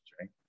right